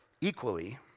equally